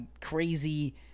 crazy